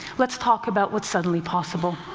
let's talk about what's suddenly possible.